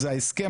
זה ההסכם,